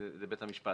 לבית המשפט.